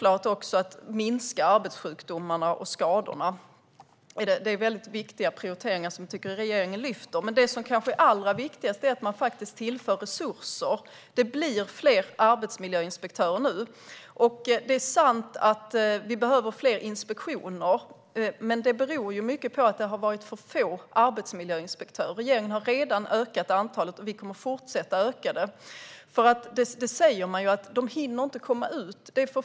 Att minska arbetssjukdomarna och skadorna är andra viktiga prioriteringar. Det som kanske är allra viktigast är att man faktiskt tillför resurser. Det blir fler arbetsmiljöinspektörer nu. Det är sant att vi behöver fler inspektioner, men det beror i mycket på att det har varit för få arbetsmiljöinspektörer. Regeringen har redan ökat antalet, och vi kommer att fortsätta öka det. Man säger att det är för få personer och att de inte hinner komma ut.